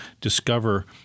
discover